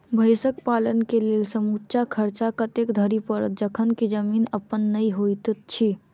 भैंसक पालन केँ लेल समूचा खर्चा कतेक धरि पड़त? जखन की जमीन अप्पन नै होइत छी